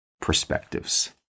perspectives